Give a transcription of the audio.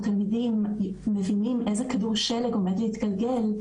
תלמידים מבינים איזה כדור שלג עומד להתגלגל,